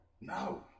No